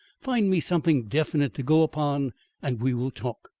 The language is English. find me something definite to go upon and we will talk.